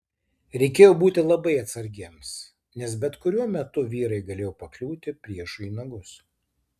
reikėjo būti labai atsargiems nes bet kuriuo metu vyrai galėjo pakliūti priešui į nagus